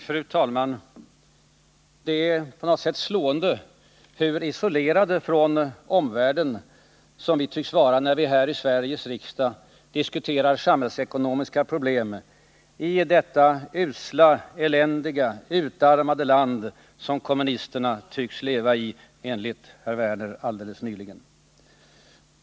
Fru talman! Det är på något sätt slående hur isolerade från omvärlden vi är när vi här i Sveriges riksdag diskuterar samhällsekonomiska problem i detta ”usla, eländiga och utarmade land” som kommunisterna tycks leva i — enligt vad Lars Werner nyss sade.